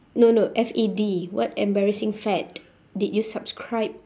no no F A D what embarrassing fad did you subscribe